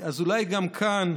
אז אולי גם כאן,